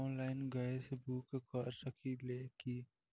Online gas book कर सकिले की?